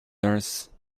nurse